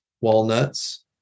walnuts